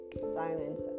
silence